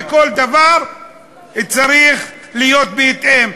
וכל דבר צריך להיות בהתאם.